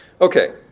Okay